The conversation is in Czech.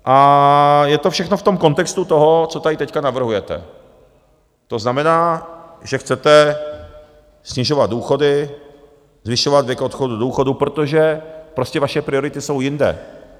A je to všechno v tom kontextu toho, co tady teď navrhujete, to znamená, že chcete snižovat důchody, zvyšovat věk odchodu do důchodu, protože prostě vaše priority jsou jinde.